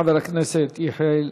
חבר הכנסת יחיאל